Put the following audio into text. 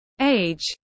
Age